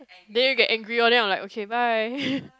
then you get angry one then I will like okay bye